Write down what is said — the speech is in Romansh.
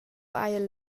haiel